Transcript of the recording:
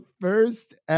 first